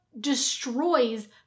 destroys